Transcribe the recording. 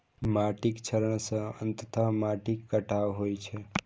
माटिक क्षरण सं अंततः माटिक कटाव होइ छै